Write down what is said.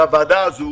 שהוועדה הזאת,